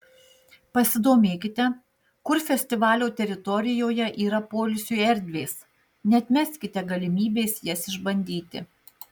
pasidomėkite kur festivalio teritorijoje yra poilsiui erdvės neatmeskite galimybės jas išbandyti